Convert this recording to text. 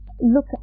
look